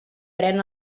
pren